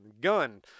Gun